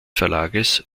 verlages